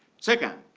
second,